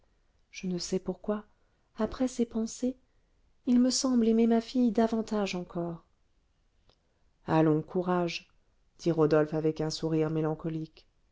je ne sais pourquoi après ces pensées il me semble aimer ma fille davantage encore allons courage dit rodolphe avec un sourire mélancolique